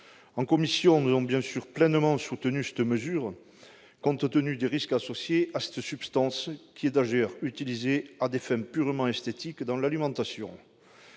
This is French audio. En commission, nous avons bien évidemment pleinement soutenu cette mesure, compte tenu des risques associés à cette substance, qui est d'ailleurs utilisée à des fins purement esthétiques dans l'alimentation.